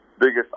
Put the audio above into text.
biggest